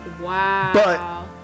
Wow